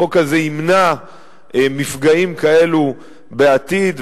החוק הזה ימנע מפגעים כאלה בעתיד.